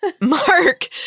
Mark